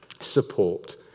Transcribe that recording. Support